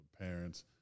parents